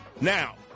Now